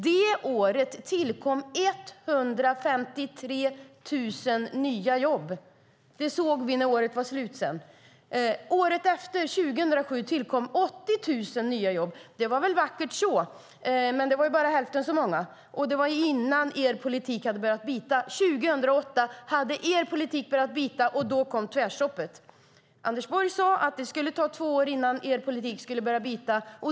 Det året tillkom 153 000 nya jobb. Det kunde vi se när året var slut. Året efter, 2007, tillkom 80 000 nya jobb. Det var vackert så, men det var bara hälften så många. Det var innan er politik, Anders Borg, hade börjat bita. År 2008 hade er politik börjat bita, och då kom tvärstoppet. Anders Borg sade att det skulle ta två år innan deras politik började bita.